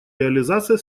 реализация